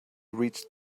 reached